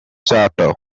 charter